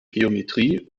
geometrie